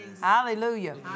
Hallelujah